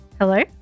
Hello